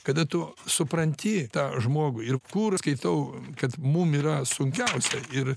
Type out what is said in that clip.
kada tu supranti tą žmogų ir kur skaitau kad mum yra sunkiausia ir